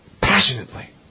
passionately